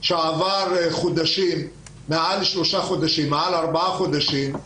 כשעברו מעל שלושה-ארבעה חודשים,